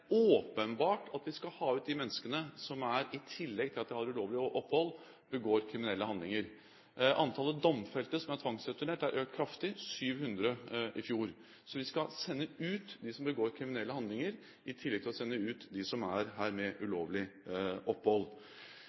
menneskene som i tillegg til at de har ulovlig opphold, begår kriminelle handlinger. Antallet domfelte som er tvangsreturnert, er økt kraftig – 700 i fjor. Vi skal sende ut dem som begår kriminelle handlinger, i tillegg til å sende ut dem som er her med ulovlig opphold.